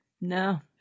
No